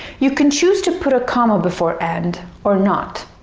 you can choose to put a comma before and or not.